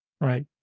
Right